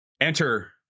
enter